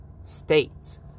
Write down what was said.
states